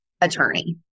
attorney